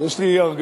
יש לי הרגשה,